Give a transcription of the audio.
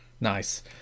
Nice